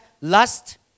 lust